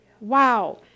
wow